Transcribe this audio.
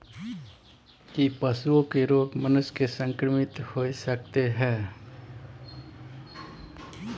की पशुओं के रोग मनुष्य के संक्रमित होय सकते है?